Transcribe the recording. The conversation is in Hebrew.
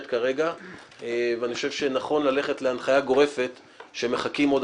כרגע ואני חושב שנכון ללכת להנחיה גורפת שמחכים עוד